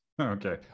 Okay